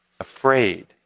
Afraid